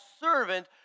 servant